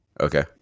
Okay